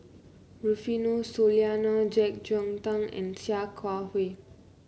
Rufino Soliano JeK Yeun Thong and Sia Kah Hui